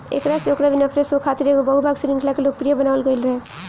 एकरा से Oprah Winfrey show खातिर एगो बहु भाग श्रृंखला के लोकप्रिय बनावल गईल रहे